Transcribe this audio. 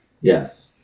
Yes